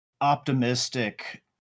optimistic